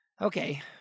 Okay